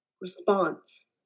response